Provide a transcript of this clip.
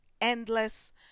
endless